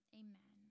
amen